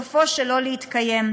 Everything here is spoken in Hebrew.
סופו שלא להתקיים.